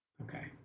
Okay